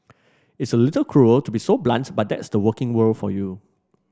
it's a little cruel to be so blunt but that's the working world for you